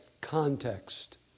context